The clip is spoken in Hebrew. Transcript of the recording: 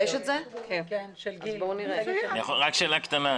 שאלה קטנה.